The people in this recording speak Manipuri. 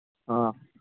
ꯑꯥ